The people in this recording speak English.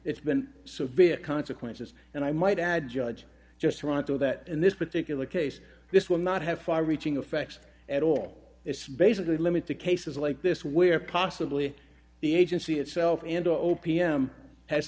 it's been severe consequences and i might add judge just want to that in this particular case this would not have far reaching effects at all it's basically limit to cases like this where possibly the agency itself and o p m has